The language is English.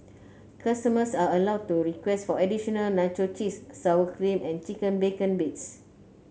were